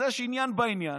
אז יש עניין בעניין.